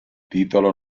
titolo